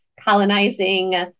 colonizing